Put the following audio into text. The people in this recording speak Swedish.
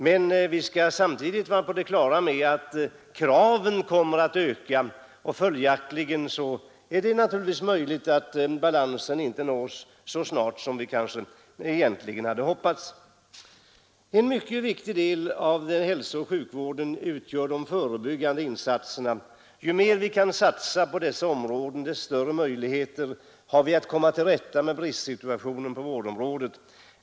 Men vi skall samtidigt vara på det klara med att kraven kommer att öka, och följaktligen är det möjligt att balans inte nås så snart som vi egentligen hade hoppats. En mycket viktig del av hälsooch sjukvården utgör de förebyggande insatserna. Ju mer vi kan satsa på dessa områden, desto större möjligheter har vi att komma till rätta med bristsituationen på vårdområdet.